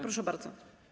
Proszę bardzo.